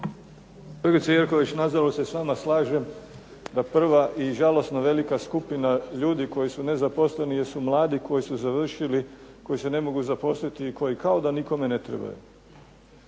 Kolegice Jerković, nažalost se s vama slažem da prva i žalosno velika skupina ljudi koji su nezaposleni jesu mladi koji su završili, koji se ne mogu zaposliti i koji kao da nikome ne trebaju.